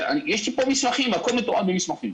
והכול מתועד במסמכים.